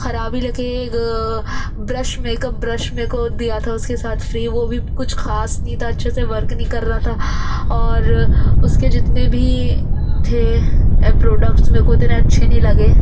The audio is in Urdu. خراب ہی لگے برش میک اپ برش میرے کو دیا تھا اس کے ساتھ فری وہ بھی کچھ خاص نہیں تھا اچھے سے ورک نہیں کر رہا تھا اور اس کے جتنے بھی تھے پروڈکٹس میرے کو اتنے اچھے نہیں لگے